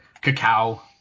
cacao